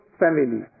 family